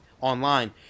online